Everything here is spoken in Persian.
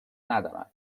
ندارند